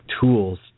tools